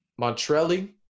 Montrelli